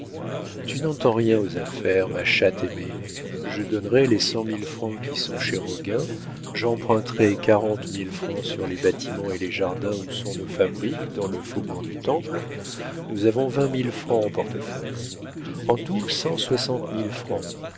tu n'entends rien aux affaires ma chatte aimée je donnerai les cent mille francs qui sont chez roguin j'emprunterai quarante mille francs sur les bâtiments et les jardins où sont nos fabriques dans le faubourg du temple nous avons vingt mille francs en portefeuille en tout